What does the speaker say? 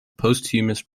posthumous